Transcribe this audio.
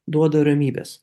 duoda ramybės